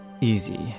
easy